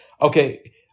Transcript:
Okay